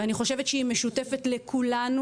ואני חושבת שהיא משותפת לכולנו,